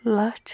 لَچھ